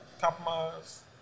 compromise